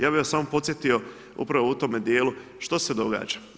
Ja bih vas samo podsjetio upravo u tome djelu što se događa?